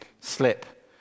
slip